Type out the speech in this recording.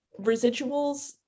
residuals